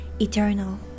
eternal